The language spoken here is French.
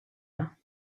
mains